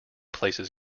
places